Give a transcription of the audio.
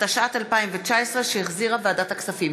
התשע"ט 2019, שהחזירה ועדת הכספים.